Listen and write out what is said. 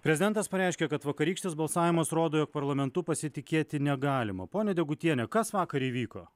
prezidentas pareiškė kad vakarykštis balsavimas rodo jog parlamentu pasitikėti negalima ponia degutiene kas vakar įvyko